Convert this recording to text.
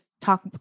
talk